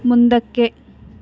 ಮುಂದಕ್ಕೆ